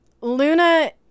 Luna